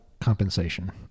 compensation